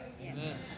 Amen